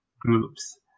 groups